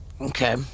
okay